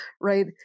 right